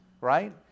right